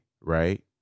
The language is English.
right